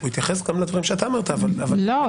הוא